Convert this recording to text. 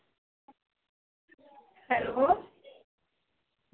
hello